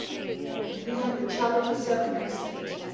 and then we had the challenger seven accident,